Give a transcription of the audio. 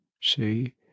see